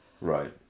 Right